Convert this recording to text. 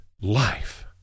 life